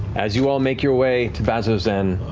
as you all make your way to bazzoxan,